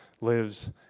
lives